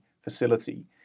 facility